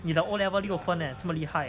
你的 O-level 六分 leh 这么厉害